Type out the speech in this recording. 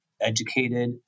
educated